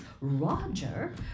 Roger